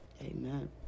Amen